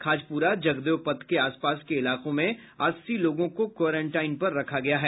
खाजपुरा जगदेव पथ के आस पास के इलाकों में अस्सी लोगों को क्वारेंटाईन पर रखा गया है